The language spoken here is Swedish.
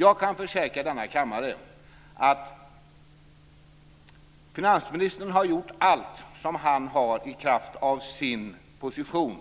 Jag kan försäkra denna kammare att finansministern har gjort allt som han kan göra i kraft av sin position